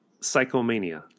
psychomania